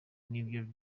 nivyo